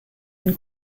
une